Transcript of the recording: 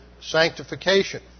sanctification